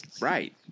Right